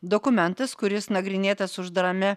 dokumentas kuris nagrinėtas uždarame